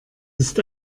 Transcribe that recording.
ist